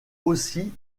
aussi